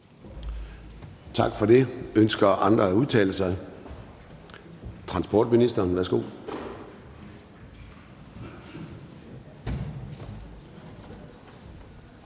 Tak for det. Ønsker andre at udtale sig? Transportministeren, værsgo.